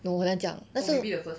no 很难讲但是